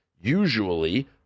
usually